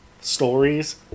stories